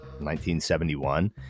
1971